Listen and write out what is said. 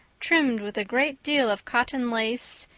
trimmed with a great deal of cotton lace,